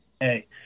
hey